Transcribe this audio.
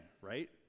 right